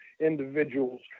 individuals